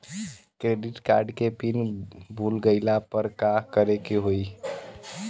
Credit card के pin भूल गईला पर का करे के होई?